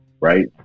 right